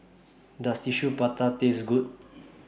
Does Tissue Prata Taste Good